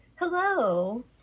Hello